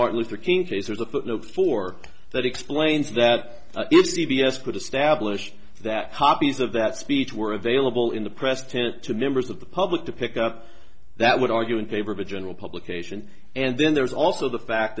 martin luther king case there's a footnote for that explains that if c b s could establish that copies of that speech were available in the press tent to members of the public to pick up that would argue in favor of a general publication and then there's also the fact